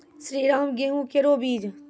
श्रीराम गेहूँ केरो बीज?